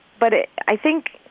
but i think,